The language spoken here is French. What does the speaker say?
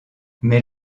mais